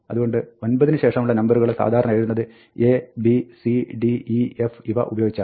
അതുകൊണ്ട് 9 ന് ശേഷമുള്ള നമ്പറുകളെ സാധാരണ എഴുതുന്നത് A B C D E F ഇവ ഉപയോഗിച്ചാണ്